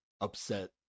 upset